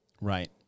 right